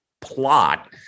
plot